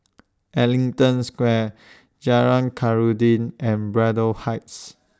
Ellington Square Jalan Khairuddin and Braddell Heights